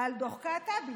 על דוח קעטבי.